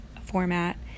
format